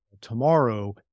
tomorrow